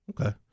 Okay